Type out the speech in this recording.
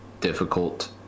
difficult